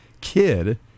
kid